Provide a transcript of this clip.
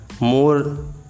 more